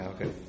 okay